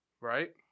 right